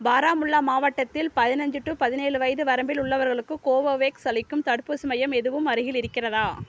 பாராமுல்லா மாவட்டத்தில் பதினஞ்சி டு பதினேழு வயது வரம்பில் உள்ளவர்களுக்கு கோவோவேக்ஸ் அளிக்கும் தடுப்பூசி மையம் எதுவும் அருகில் இருக்கிறதா